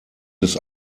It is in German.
des